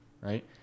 right